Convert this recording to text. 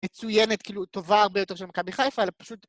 מצויינת, כאילו, טובה הרבה יותר של מכבי חיפה, אלא פשוט...